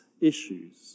issues